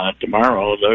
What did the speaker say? tomorrow